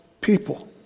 people